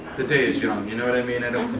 the day is young. you know what i mean? i